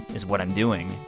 is what i'm doing.